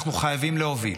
אנחנו חייבים להוביל.